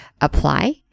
apply